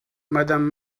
madame